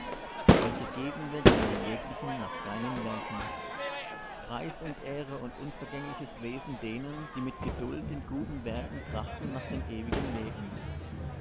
welcher geben wird einem jeglichen nach seinen werken preis und ehre und unvergängliches wesen denen die mit geduld in guten werken trachten nach dem ewigen leben